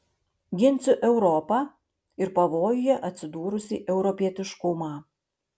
ginsiu europą ir pavojuje atsidūrusį europietiškumą